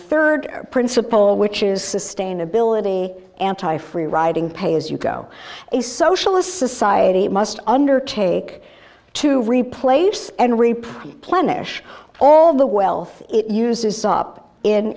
rd principle which is sustainability anti free riding pay as you go a socialist society must undertake to replace enry preplan ish all the wealth it uses up in